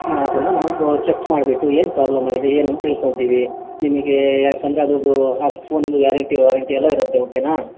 ಹಾಂ ಅದನ್ನು ನಾವು ಚಕ್ ಮಾಡಿಬಿಟ್ಟು ಏನು ಪ್ರಾಬ್ಲಮ್ ಆಗಿದೆ ಏನು ಅಂತ ತಿಳ್ಕೊತೀವಿ ನಿಮಗೆ ಯಾಕಂದರೆ ಅದರದು ಆ ಫೋನಿಂದು ಗ್ಯಾರೆಂಟಿ ವಾರಂಟಿ ಎಲ್ಲ ಇರುತ್ತೆ ಓಕೆನಾ